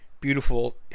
beautiful